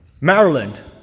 Maryland